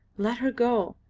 let her go.